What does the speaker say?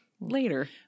Later